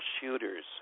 shooters